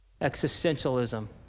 existentialism